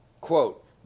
Quote